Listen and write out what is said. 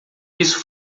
isso